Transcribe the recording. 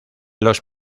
los